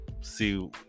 see